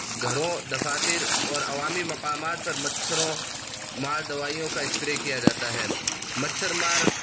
گھروں دفاتر اور عوامی مقامات پر مچھروں مار دوائیوں کا اسپرے کیا جاتا ہے مچھر مار